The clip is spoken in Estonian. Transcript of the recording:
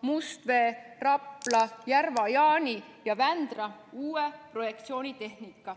Mustvee, Rapla, Järva-Jaani ja Vändra uue projektsioonitehnika,